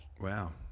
Wow